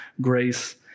grace